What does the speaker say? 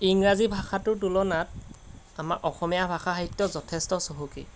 ইংৰাজী ভাষাটোৰ তুলনাত আমাৰ অসমীয়া ভাষা সাহিত্য যথেষ্ট চহকী